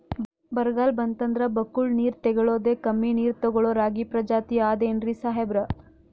ಬರ್ಗಾಲ್ ಬಂತಂದ್ರ ಬಕ್ಕುಳ ನೀರ್ ತೆಗಳೋದೆ, ಕಮ್ಮಿ ನೀರ್ ತೆಗಳೋ ರಾಗಿ ಪ್ರಜಾತಿ ಆದ್ ಏನ್ರಿ ಸಾಹೇಬ್ರ?